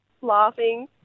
laughing